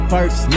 First